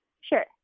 Sure